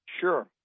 Sure